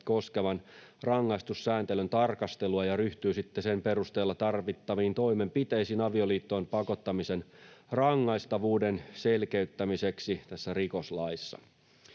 koskevan rangaistussääntelyn tarkastelua ja ryhtyy sitten sen perusteella tarvittaviin toimenpiteisiin avioliittoon pakottamisen rangaistavuuden selkeyttämiseksi rikoslaissa.